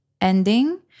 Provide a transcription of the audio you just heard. ending